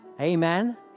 Amen